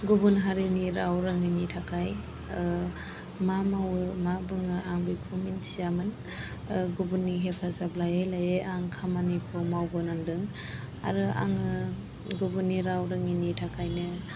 गुबुन हारिनि राव रोङिनि थाखाय मा मावो मा बुङो आं बेखौ मिन्थियामोन गुबुननि हेफाजाब लायै लायै आं खामानिखौ मावबोनांदों आरो आङो गुबुननि राव रोङिनि थाखायनो